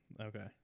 Okay